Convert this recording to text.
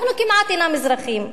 אנחנו כמעט איננו אזרחים.